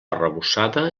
arrebossada